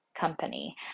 company